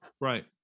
Right